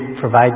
provide